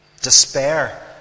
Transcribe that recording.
Despair